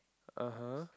(uh huh)